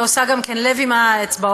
ועושה גם כן לב עם האצבעות.